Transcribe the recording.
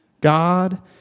God